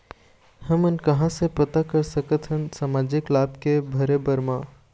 हमन कहां से पता कर सकथन सामाजिक लाभ के भरे बर मा?